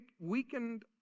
weakened